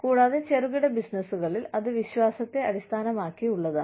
കൂടാതെ ചെറുകിട ബിസിനസ്സുകളിൽ അത് വിശ്വാസത്തെ അടിസ്ഥാനമാക്കിയുള്ളതാണ്